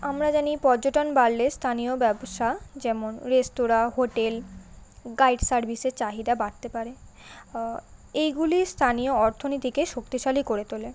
আমরা জানি পর্যটন বাড়লে স্থানীয় ব্যবসা যেমন রেস্তরাঁ হোটেল গাইড সার্ভিসের চাহিদা বাড়তে পারে এইগুলি স্থানীয় অর্থনীতিকে শক্তিশালী করে তোলে